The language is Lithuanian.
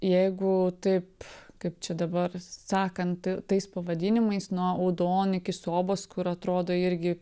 jeigu taip kaip čia dabar sakant tais pavadinimais nuo audon iki sobos kur atrodo irgi